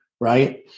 right